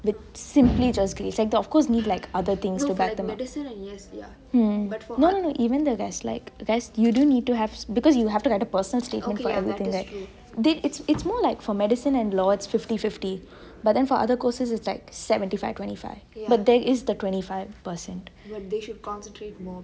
with simply just grades like they of course need other things mm no even the best you do have to add a personal statement for everything too like it's more like for medicine and law it's like fifty fifty but then for other courses it's like seventy five twenty five